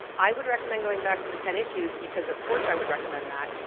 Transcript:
i would recommend going back to the tennis shoes because of course i would recommend that.